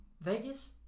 Vegas